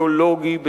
אידיאולוגי,